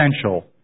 essential